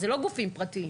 אלה לא גופים פרטיים.